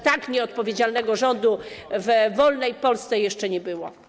Tylko że tak nieodpowiedzialnego rządu w wolnej Polsce jeszcze nie było.